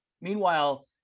Meanwhile